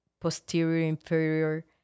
posterior-inferior